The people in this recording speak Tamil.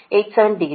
87 டிகிரி